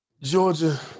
Georgia